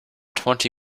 twenty